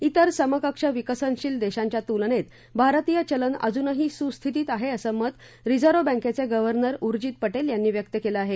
त्रिर समकक्ष विकसनशील देशांच्या तुलनेत भारतीय चलन अजुनही सुस्थितीत आहे असं मत रिझर्व बँकेचे गव्हर्नर उर्जित पटेल यांनी व्यक्त केलं आहे